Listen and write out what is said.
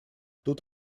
тут